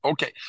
Okay